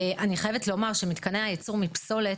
אני חייבת לומר, שמתקני הייצור מפסולת,